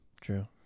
True